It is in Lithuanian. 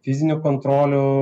fizinių kontrolių